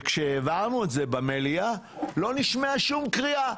כשהעברנו את זה במליאה לא נשמעה שום קריאה.